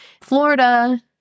Florida